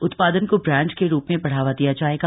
उत्पादन को ब्रांड के रूप में बढ़ावा दिया जाएगा